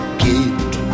gate